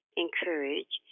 encourage